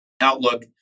Outlook